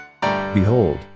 Behold